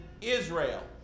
Israel